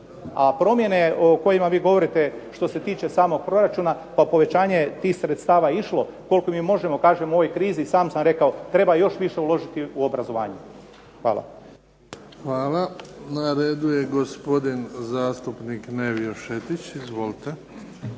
A promjene o kojima vi govorite, što se tiče samog proračuna, pa povećanje tih sredstava išlo koliko mi možemo, kažem u ovoj krizi, sam sam rekao treba još više uložiti u obrazovanje. Hvala. **Bebić, Luka (HDZ)** Hvala. Na redu je gospodin zastupnik Nevio Šetić, izvolite.